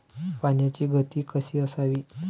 पाण्याची गती कशी असावी?